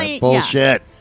Bullshit